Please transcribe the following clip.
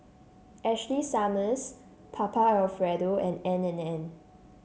Ashley Summers Papa Alfredo and N and N